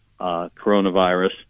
coronavirus